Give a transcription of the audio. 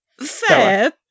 Fair